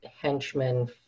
henchmen